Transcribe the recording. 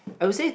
I will say